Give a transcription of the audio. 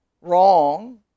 wrong